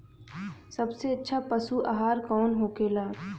सबसे अच्छा पशु आहार कौन होखेला?